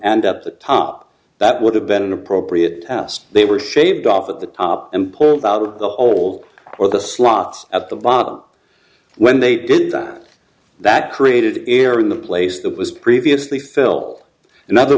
and up the top that would have been appropriate asked they were shaved off at the top and pulled out the old or the slots at the bottom when they did that that created air in the place that was previously fill in other